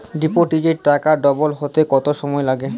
ডিপোজিটে টাকা ডবল হতে কত সময় লাগে?